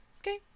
okay